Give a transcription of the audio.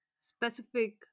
specific